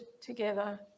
together